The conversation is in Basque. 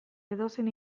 edozein